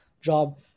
job